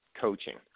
coaching